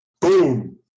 Boom